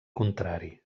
contrari